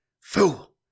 Fool